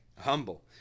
humble